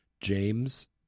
james